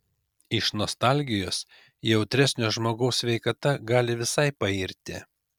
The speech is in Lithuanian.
iš nostalgijos jautresnio žmogaus sveikata gali visai pairti